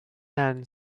man